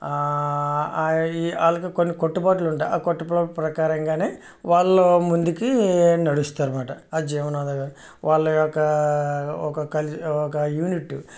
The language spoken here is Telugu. వాళ్ళకి కొన్ని కట్టుబాట్లుంటాయి ఆ కట్టుబాట్ల ప్రకారంగానే వాళ్ళు ముందుకు నడుస్తారన్నమాట ఆ జీవనాధారం వాళ్ళ యొక్క ఒక కల్ ఒక యూనిటీ